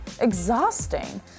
exhausting